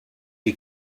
you